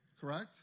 Correct